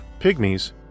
pygmies